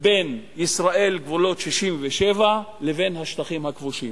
בין ישראל, גבולות 67' לבין השטחים הכבושים.